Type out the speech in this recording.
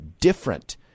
different